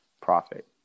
profit